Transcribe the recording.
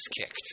kicked